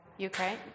Ukraine